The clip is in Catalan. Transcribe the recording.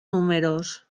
números